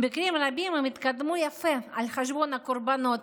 במקרים רבים הם התקדמו יפה על חשבון הקורבנות,